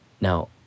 Now